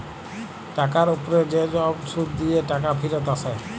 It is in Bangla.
টাকার উপ্রে যে ছব সুদ দিঁয়ে টাকা ফিরত আসে